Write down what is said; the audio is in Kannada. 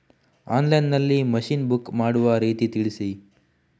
ಆನ್ಲೈನ್ ನಲ್ಲಿ ಮಷೀನ್ ಬುಕ್ ಮಾಡುವ ರೀತಿ ತಿಳಿಸಿ?